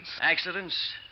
Accidents